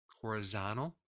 horizontal